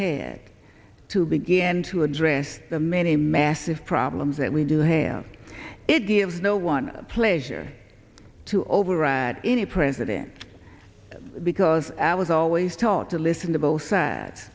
head to begin to address the many massive problems that we do have it gives no one pleasure to override any president because i was always taught to listen to both